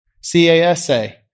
C-A-S-A